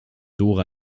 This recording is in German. dora